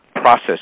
process